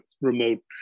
remote